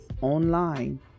online